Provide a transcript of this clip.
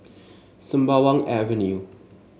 Sembawang Avenue